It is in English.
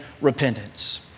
repentance